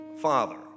father